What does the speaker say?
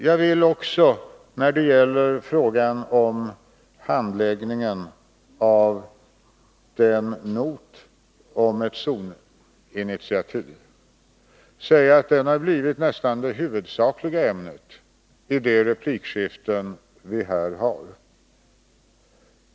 Jag vill också säga, när det gäller frågan om handläggningen av noten om ettzoninitiativ, att den blivit nästan det huvudsakliga ämnet i de replikskiften vi här har.